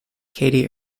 katie